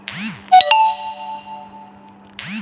গম কাটার জন্যে কোন ট্র্যাক্টর ভালো?